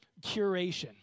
curation